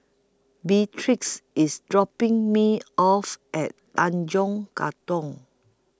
Beatrix IS dropping Me off At Tanjong Katong